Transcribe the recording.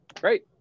Great